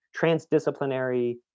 transdisciplinary